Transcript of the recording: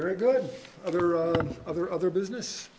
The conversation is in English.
very good other other other business